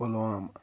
Pulwama